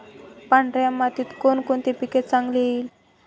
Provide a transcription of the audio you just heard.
पांढऱ्या मातीत कोणकोणते पीक चांगले येईल?